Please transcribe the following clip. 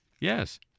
yes